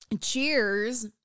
cheers